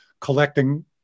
collecting